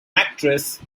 actress